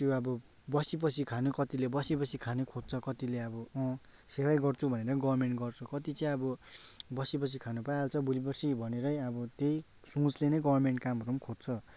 त्यो अब बसीबसी खान कतिले बसीबसी खानु खोज्छ कतिले अब अँ सेवै गर्छु भनेर गर्मेन्ट गर्छ कति चाहिँ अब बसीबसी खानु पाइहाल्छ भोलिपर्सी भनेरै अब त्यही सोचले नै गर्मेन्ट कामहरू पनि खोज्छ